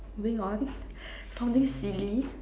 moving on something silly